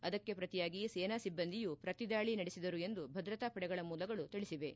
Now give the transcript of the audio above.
ಅದಕ್ಕೆ ಪ್ರತಿಯಾಗಿ ಸೇನಾ ಸಿಬ್ಬಂದಿಯೂ ಪ್ರತಿದಾಳಿ ನಡೆಸಿದರು ಎಂದು ಭದ್ರತಾ ಪಡೆಗಳ ಮೂಲಗಳು ತಿಳಿಸಿವೆ